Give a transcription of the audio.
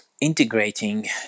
integrating